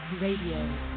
Radio